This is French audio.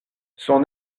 son